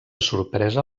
sorpresa